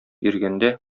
йөргәндә